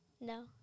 No